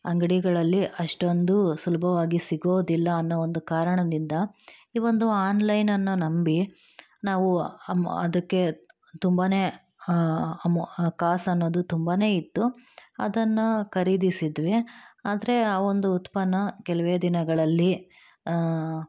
ಅಂಗಡಿಗಳಲ್ಲಿ ಅಷ್ಟೊಂದು ಸುಲಭವಾಗಿ ಸಿಗೋದಿಲ್ಲ ಅನ್ನೋ ಒಂದು ಕಾರಣದಿಂದ ಈ ಒಂದು ಆನ್ಲೈನನ್ನು ನಂಬಿ ನಾವು ಅದಕ್ಕೆ ತುಂಬ ಅಮು ಕಾಸನ್ನೋದು ತುಂಬ ಇತ್ತು ಅದನ್ನು ಖರೀದಿಸಿದ್ವಿ ಆದರೆ ಆ ಒಂದು ಉತ್ಪನ್ನ ಕೆಲವೇ ದಿನಗಳಲ್ಲಿ